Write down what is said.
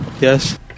Yes